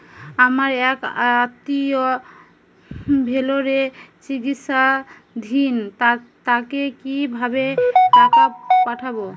আমার এক আত্মীয় ভেলোরে চিকিৎসাধীন তাকে কি ভাবে টাকা পাঠাবো?